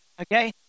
Okay